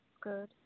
good